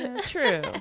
true